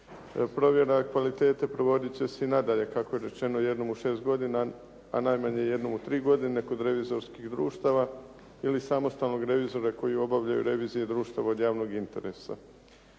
Provjera kvalitete provodit će se i na dalje kako je rečeno jednom u šest godina, a najmanje jednom u tri godine kod revizorskih društava ili samostalnog revizora koji obavljaju revizije društava od javnog interesa.